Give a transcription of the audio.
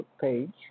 page